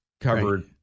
covered